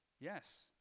Yes